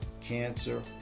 cancer